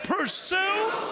Pursue